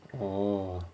orh